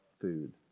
food